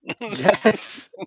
Yes